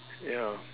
ya